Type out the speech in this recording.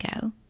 go